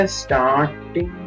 starting